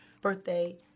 birthday